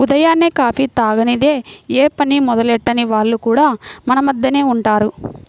ఉదయాన్నే కాఫీ తాగనిదె యే పని మొదలెట్టని వాళ్లు కూడా మన మద్దెనే ఉంటారు